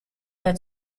that